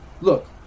Look